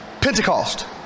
Pentecost